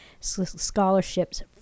scholarships